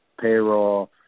payroll